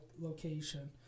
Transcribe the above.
location